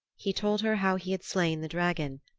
he told her how he had slain the dragon,